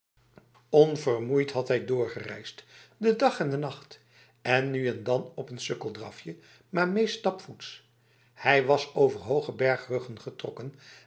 onvermoeid had hij doorgereisd de dag en de nacht nu en dan op een sukkeldrafje maar meest stapvoets hij was over hoge bergruggen getrokken